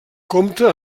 compta